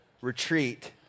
retreat